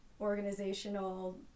organizational